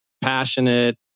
passionate